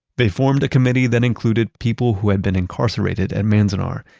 they formed a committee that included people who had been incarcerated at manzanar,